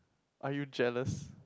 are you jealous